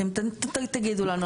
תגידו לנו.